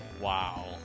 Wow